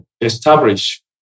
establish